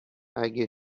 اگه